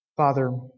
Father